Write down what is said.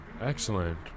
Excellent